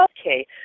Okay